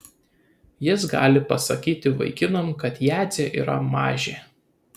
jis gali pasakyti vaikinam kad jadzė yra mažė